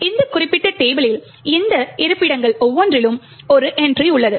இந்த குறிப்பிட்ட டேபிளில் இந்த இருப்பிடங்கள் ஒவ்வொன்றிலும் ஒரு என்ட்ரி உள்ளது